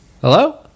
hello